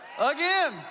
again